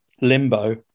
Limbo